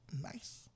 nice